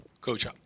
Coach